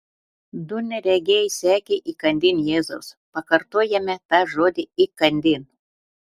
du neregiai sekė įkandin jėzaus pakartojame tą žodį įkandin